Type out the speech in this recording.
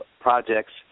projects